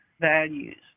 values